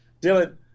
Dylan